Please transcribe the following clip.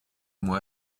moi